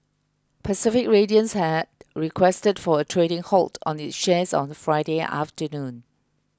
Pacific Radiance had requested for a trading halt on its shares on Friday afternoon